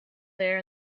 there